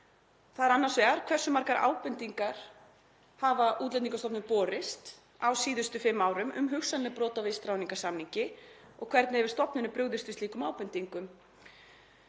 vera. 3. Hversu margar ábendingar hafa Útlendingastofnun borist á síðustu fimm árum um hugsanleg brot á vistráðningarsamningi og hvernig hefur stofnunin brugðist við slíkum ábendingum?